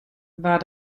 war